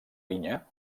vinya